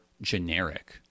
generic